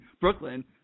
Brooklyn